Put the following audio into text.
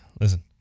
listen